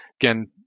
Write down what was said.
again